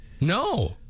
No